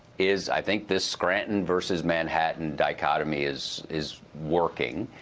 is i think this scranton versus manhattan dichotomy is is working.